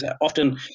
often